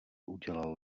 udělal